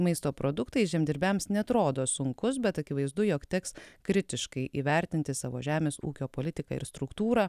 maisto produktais žemdirbiams neatrodo sunkus bet akivaizdu jog teks kritiškai įvertinti savo žemės ūkio politiką ir struktūrą